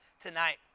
tonight